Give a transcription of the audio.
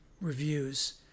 reviews